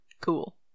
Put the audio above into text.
cool